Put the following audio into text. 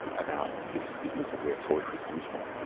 about this business of where poetry comes from.